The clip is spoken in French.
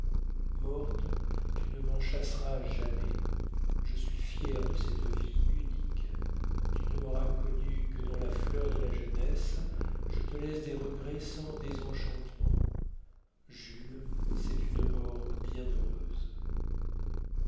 morte tu ne m'en chasseras jamais je suis fière de cette vie unique tu ne m'auras connue que dans la fleur de la jeunesse je te laisse des regrets sans désenchantement jules c'est une mort bien heureuse